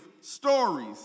stories